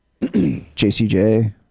jcj